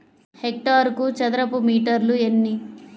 హెక్టారుకు చదరపు మీటర్లు ఎన్ని?